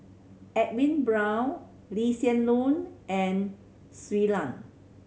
Edwin Brown Lee Hsien Loong and Shui Lan